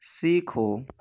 سیکھو